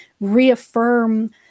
reaffirm